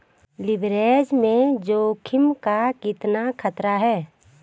Leverage में जोखिम का कितना खतरा है?